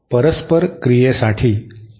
परस्परक्रियेसाठी ही अट आहे